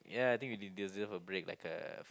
ya I think we de~ deserve a break like a